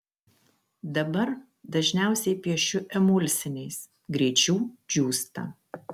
dabar dažniausiai piešiu emulsiniais greičiau džiūsta